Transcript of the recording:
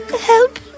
help